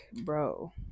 bro